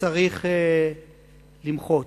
צריך למחות.